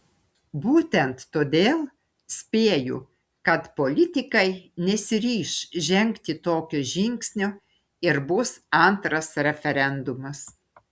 būtent todėl spėju kad politikai nesiryš žengti tokio žingsnio ir bus antras referendumas